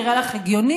נראה לך הגיוני?